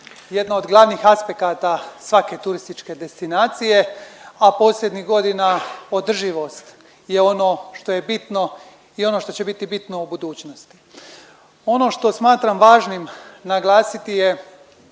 jedna od glavnih aspekata svake turističke destinacije, a posljednjih godina održivost je ono što je bitno i ono što će biti bitno u budućnosti. Ono što smatram važnim naglasiti je